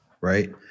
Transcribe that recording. right